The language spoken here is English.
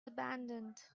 abandoned